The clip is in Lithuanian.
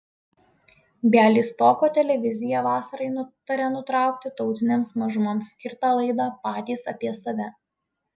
bialystoko televizija vasarai nutarė nutraukti tautinėms mažumoms skirtą laidą patys apie save